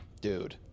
Dude